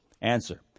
Answer